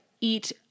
eat